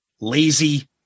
lazy